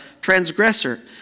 transgressor